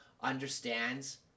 understands